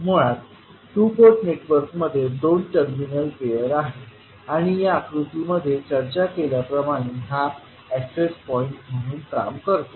मुळात two port नेटवर्कमध्ये दोन टर्मिनल पेयर आहेत आणि या आकृतीमध्ये चर्चा केल्याप्रमाणे हा ऐक्सेस पॉईंट म्हणून काम करतो